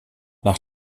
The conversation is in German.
nach